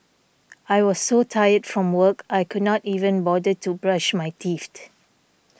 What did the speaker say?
I was so tired from work I could not even bother to brush my teeth